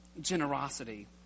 generosity